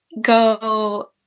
go